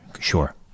sure